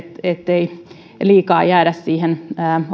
ettei liikaa jäädä siihen